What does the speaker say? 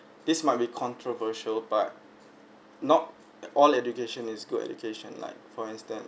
this might be controversial but not at all education is good education like for instance